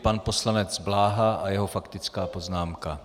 Pan poslanec Bláha a jeho faktická poznámka.